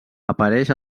apareix